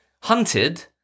Hunted